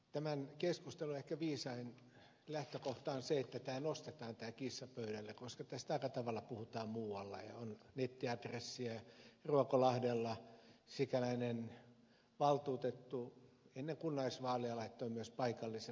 tämän keskustelun ehkä viisain lähtökohta on se että tämä kissa nostetaan pöydälle koska tästä aika tavalla puhutaan muualla ja on nettiadressia ja ruokolahdella sikäläinen valtuutettu ennen kunnallisvaaleja laittoi myös paikallisen adressin liikkeelle